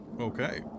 Okay